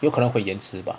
有可能会延迟吧